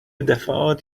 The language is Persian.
دفعات